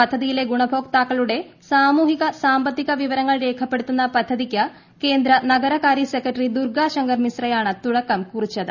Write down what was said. പദ്ധതിയിലെ ഗ്ഗൂർന്ഭോക്താക്കളുടെ സാമൂഹിക സാമ്പത്തിക വിവരങ്ങൾ രേഖപ്പെടുത്തുന്ന പദ്ധതിക്ക് കേന്ദ്ര നഗരകാര്യ സെക്രട്ടറി ദുർഗ്ഗാ ശങ്കർ മിശ്രയാണ് തുടക്കം കുറിച്ചത്